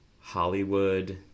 Hollywood